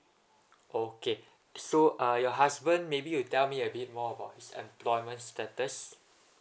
okay so uh your husband maybe you tell me a bit more about his employment status